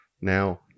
Now